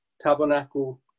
tabernacle